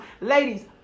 Ladies